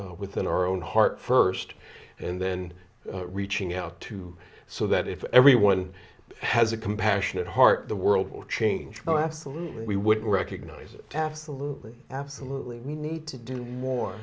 us within our own heart first and then reaching out to so that if everyone has a compassionate heart the world will change but absolutely we would recognize it absolutely absolutely we need to do more